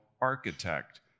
architect